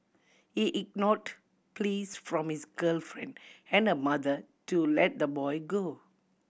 he ignored pleas from his girlfriend and her mother to let the boy go